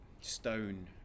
stone